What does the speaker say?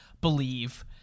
believe